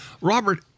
Robert